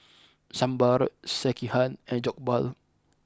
Sambar Sekihan and Jokbal